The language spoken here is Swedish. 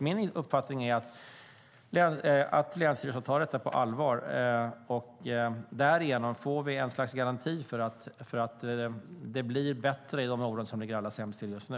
Min uppfattning är att länsstyrelserna tar detta på allvar, och därigenom får vi en sorts garanti för att det blir bättre i de områden som ligger allra sämst till just nu.